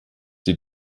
die